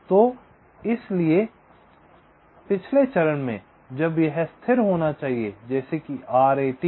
तो इसलिए पिछले चरण में जब यह स्थिर होना चाहिए जैसे कि आरएटी